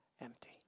empty